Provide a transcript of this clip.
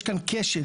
יש כאן כשל.